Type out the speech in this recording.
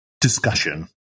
discussion